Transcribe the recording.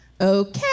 Okay